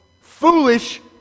foolish